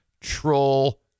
troll